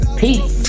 peace